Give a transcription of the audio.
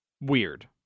weird